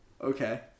Okay